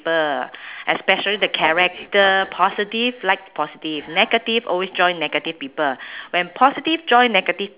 ~ple especially the character positive like positive negative always join negative people when positive join negative